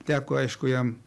teko aišku jam